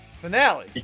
finale